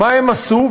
מה הן עשו,